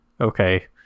Okay